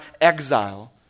exile